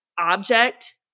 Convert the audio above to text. object